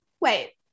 Wait